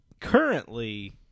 currently